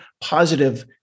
positive